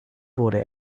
wurde